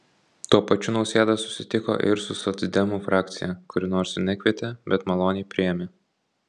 tuo pačiu nausėda susitiko ir su socdemų frakcija kuri nors ir nekvietė bet maloniai priėmė